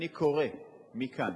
ואני קורא מכאן,